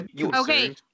Okay